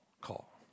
call